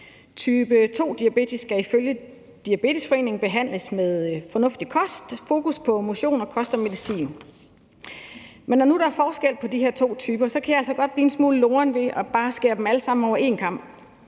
Type 2-diabetes skal ifølge Diabetesforeningen behandles med fornuftig kost – altså med fokus på motion, kost og medicin. Men når nu der er forskel på de her to typer, kan jeg altså godt blive en smule loren ved bare at skære dem alle sammen over en kam.